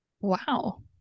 Wow